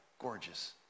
gorgeous